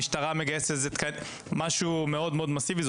המשטרה מגייסת תקנים וזה משהו מאוד מסיבי.